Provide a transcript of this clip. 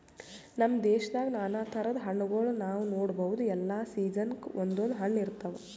ನಮ್ ದೇಶದಾಗ್ ನಾನಾ ಥರದ್ ಹಣ್ಣಗೋಳ್ ನಾವ್ ನೋಡಬಹುದ್ ಎಲ್ಲಾ ಸೀಸನ್ಕ್ ಒಂದೊಂದ್ ಹಣ್ಣ್ ಇರ್ತವ್